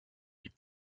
its